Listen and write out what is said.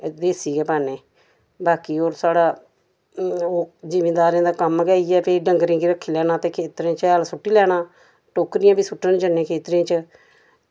देसी गै पान्ने बाकि होर साढ़ा जमींदारें दा कम्म गै इयै भई डंगरें गी रक्खी लैना ते खेत्तरें च हैल सुट्टी लैना टोकरियां वी सुट्टन जन्ने खेत्तरें च